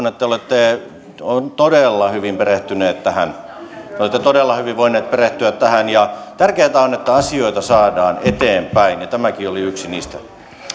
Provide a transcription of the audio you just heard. että te olette todella hyvin perehtyneet tähän te olette todella hyvin voineet perehtyä tähän tärkeätä on että asioita saadaan eteenpäin ja tämäkin oli yksi niistä